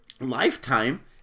lifetime